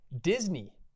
Disney